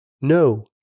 No